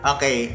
Okay